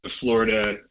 florida